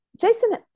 Jason